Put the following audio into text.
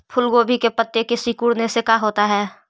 फूल गोभी के पत्ते के सिकुड़ने से का होता है?